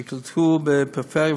שראינו עכשיו,